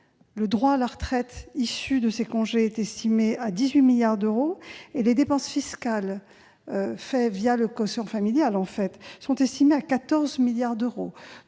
Le droit à la retraite issu de ces congés est estimé à 18 milliards d'euros et les dépenses fiscales réalisées le quotient familial sont de l'ordre de 14 milliards d'euros.